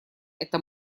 эта